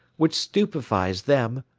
which stupefies them.